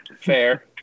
Fair